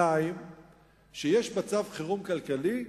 2. שיש מצב חירום כלכלי,